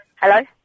Hello